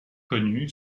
connu